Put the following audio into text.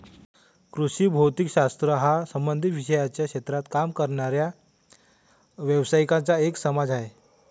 कृषी भौतिक शास्त्र हा संबंधित विषयांच्या क्षेत्रात काम करणाऱ्या व्यावसायिकांचा एक समाज आहे